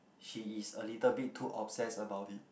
she is a little bit too obsessed about it